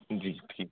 जी ठीक